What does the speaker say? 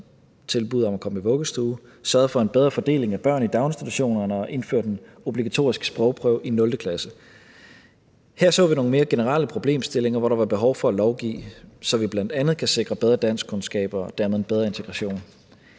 tilbud om at komme i vuggestue, og der blev sørget for en bedre fordeling af børn i daginstitutionerne og indført en obligatorisk sprogprøve i 0. klasse. Her så vi nogle mere generelle problemstillinger, hvor der var behov for at lovgive, så vi bl.a. kan sikre bedre danskkundskaber og dermed en bedre integration.